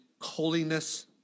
holiness